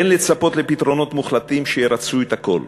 אין לצפות לפתרונות מוחלטים שירצו את הכול.